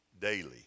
daily